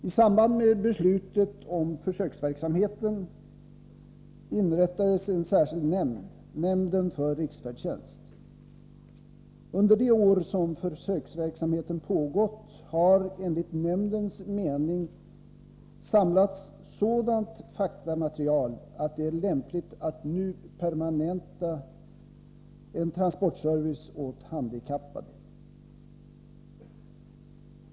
I samband med beslutet om försöksverksamheten inrättades en särskild nämnd, nämnden för riksfärdtjänst, och under de år som försöksverksamheten pågått har enligt nämndens mening samlats sådant faktamaterial att det är lämpligt att nu permanenta en transportservice åt handikappade.